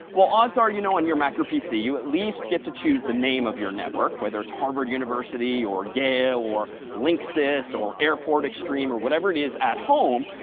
well, odds are you know on your mac or pc you at least get to choose the name of your network, whether it's harvard university or yale or linksys or airport extreme or whatever it is at home,